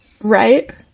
right